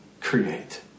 create